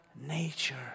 Nature